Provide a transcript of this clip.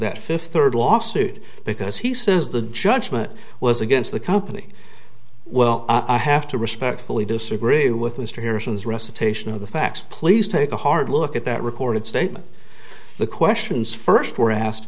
that fifth third lawsuit because he says the judgment was against the company well i have to respectfully disagree with mr harrison's recitation of the facts please take a hard look at that recorded statement the questions first were asked